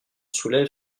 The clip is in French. soulève